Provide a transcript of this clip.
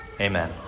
Amen